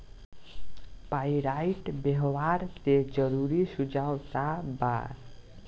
Pyrite व्यवहार के जरूरी सुझाव का वा?